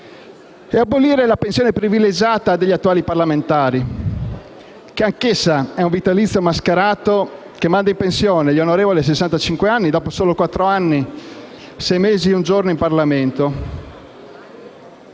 e abolire la pensione privilegiata degli attuali parlamentari, anch'essa un vitalizio mascherato che manda in pensione gli onorevoli a sessantacinque anni dopo solo quattro anni, sei mesi e un giorno in Parlamento.